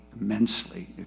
immensely